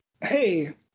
Hey